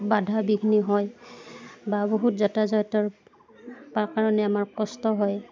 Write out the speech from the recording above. বাধা বিঘিনি হয় বা বহুত যাতা যাতৰ পাৰ কাৰণে আমাৰ কষ্ট হয়